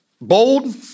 bold